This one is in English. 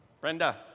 Brenda